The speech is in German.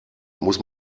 muss